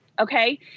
Okay